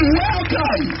welcome